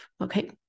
okay